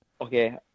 Okay